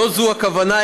לא זו הכוונה,